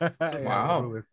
Wow